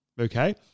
Okay